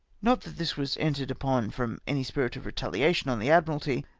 not that this was entered upon from any spirit of retahation on the admiralty,